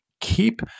keep